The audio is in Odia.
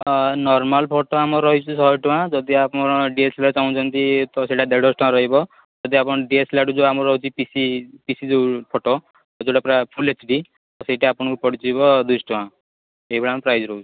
ଅଁ ନର୍ମାଲ୍ ଫୋଟ ଆମର ରହିଛି ଶହେ ଟଙ୍କା ଯଦି ଆପଣ ଡି ଏସ ଏଲ୍ ଆର୍ ଚାହୁଁଛନ୍ତି ତ ସେଇଟା ଦେଢ଼ଶହ ଟଙ୍କା ରହିବ ଯଦି ଆପଣ ଡି ଏସ ଏଲ୍ ଆର୍ ଯେଉଁଟା ଆମର ରହୁଛି ପିସି ପିସି ଯେଉଁ ଫଟୋ ଯେଉଁଟା ପୁରା ଫୁଲ୍ ଏଚ୍ ଡ଼ି ସେଇଟା ଆପଣଙ୍କୁ ପଡ଼ିଯିବ ଦୁଇଶହ ଟଙ୍କା ଏହିଭଳିଆ ଆମର ପ୍ରାଇସ୍ ରହୁଛି